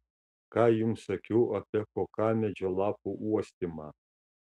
ką jums sakiau apie kokamedžio lapų uostymą